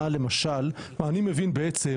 מה למשל אני מבין בעצם